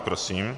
Prosím.